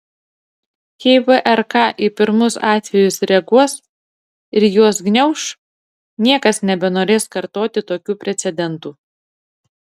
jei vrk į pirmus atvejus reaguos ir juos gniauš niekas nebenorės kartoti tokių precedentų